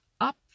up